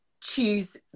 choose